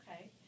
Okay